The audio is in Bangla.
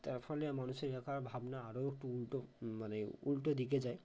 তার ফলে মানুষের এলাকার ভাবনা আরও একটু উল্টো মানে উল্টো দিকে যায়